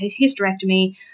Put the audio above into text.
hysterectomy